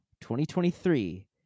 2023